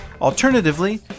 Alternatively